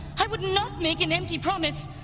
i would not make an empty promise.